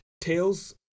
Tails